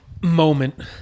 moment